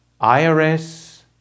IRS